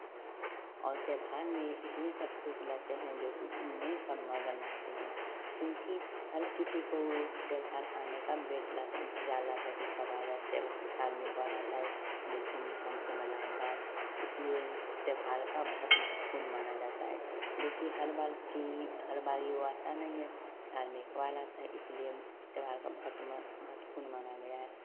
और त्योहार में इतने सब खुश रहते हैं जो कि उनमें सब मग्न रहते हैं क्योंकि हर किसी को त्योहार आने का बेट रह इंतजार रहता है की कब आएगा त्योहार साल में एक बार आता है वह धूम धाम मानाएगा इसलिए त्योहार का बहुत महतव्पूर्ण माना जाता है जो कि हर बार की हर बार वह आता नहीं है साल में एक बार आता है इसलिए हम त्योहार का बहुत महत महत्वपूर्ण माना गया है